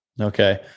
Okay